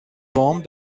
bomb